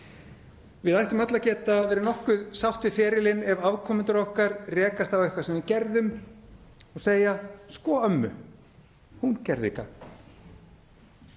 Við ættum öll að geta verið nokkuð sátt við ferilinn ef afkomendur okkar rekast á eitthvað sem við gerðum og segja: Sko ömmu, hún gerði gagn.